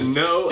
no